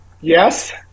Yes